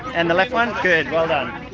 and the left one. good, well done.